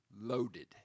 loaded